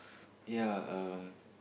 yea um